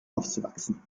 aufzuwachsen